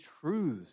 truths